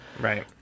Right